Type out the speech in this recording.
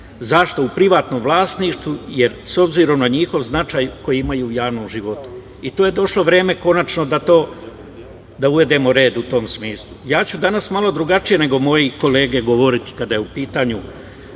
Zašto? U privatnom vlasništvu, jer obzirom na njihov značaj koji imaju u javnom životu. Došlo je vreme da konačno uvedemo red u tom smislu. Danas ću malo drugačije nego moje kolege govoriti kada je u pitanju